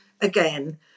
again